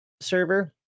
server